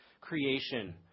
creation